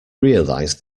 realize